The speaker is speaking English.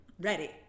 ready